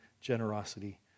generosity